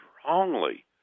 strongly